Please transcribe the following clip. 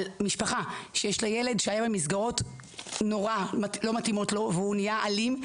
משפחה שיש לה ילד שהיה במסגרות לא מתאימות והוא נהיה אלים,